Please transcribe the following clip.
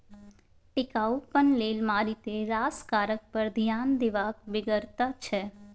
टिकाउपन लेल मारिते रास कारक पर ध्यान देबाक बेगरता छै